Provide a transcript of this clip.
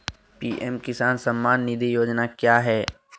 PM Kisan Samman Nidhi योजना क्या है?